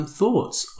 thoughts